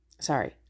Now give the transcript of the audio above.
sorry